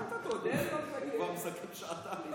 הוא יסכם, הוא מסכם כבר שעתיים.